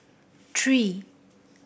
three